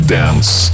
dance